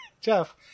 Jeff